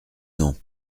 non